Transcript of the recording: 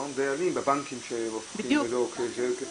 בבנקים, דיברנו על דיילים.